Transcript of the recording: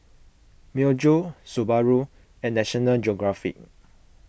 Myojo Subaru and National Geographic